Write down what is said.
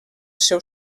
seu